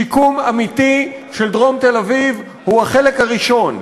שיקום אמיתי של דרום תל-אביב הוא החלק הראשון.